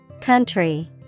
Country